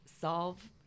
solve